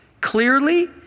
clearly